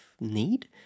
need